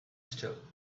still